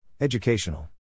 Educational